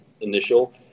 initial